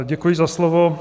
Děkuji za slovo.